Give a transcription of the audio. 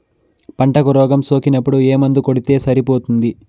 పంటకు రోగం సోకినపుడు ఏ మందు కొడితే సరిపోతుంది?